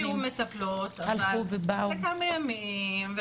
היו מטפלות אבל לכמה ימים,